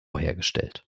hergestellt